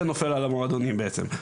זה נופל על המועדונים בעצם.